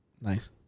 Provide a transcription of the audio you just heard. Nice